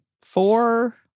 four